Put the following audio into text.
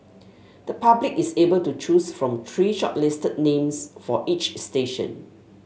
the public is able to choose from three shortlisted names for each station